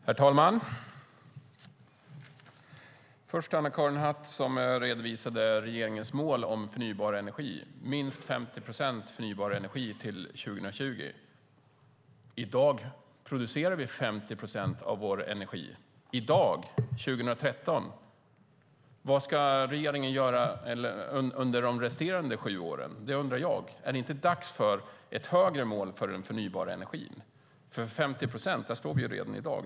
Herr talman! Först vänder jag mig till Anna-Karin Hatt som redovisade regeringens mål om förnybar energi, minst 50 procent förnybar energi till 2020. I dag, 2013, producerar vi 50 procent av vår energi på ett förnybart sätt. Vad ska regeringen göra under de resterande sju åren? Det undrar jag. Är det inte dags för ett högre mål för den förnybara energin? Vid 50 procent står vi ju redan i dag.